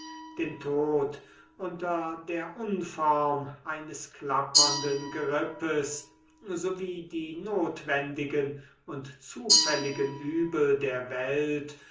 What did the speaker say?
den tod unter der unform eines klappernden gerippes sowie die notwendigen und zufälligen übel der welt